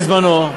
בזמנו.